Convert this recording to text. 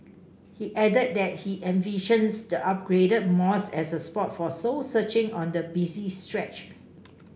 he added that he envisions the upgraded mosque as a spot for soul searching on the busy stretch